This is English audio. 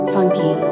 Funky